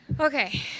Okay